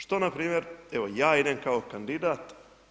Što npr., evo, ja idem kao kandidat.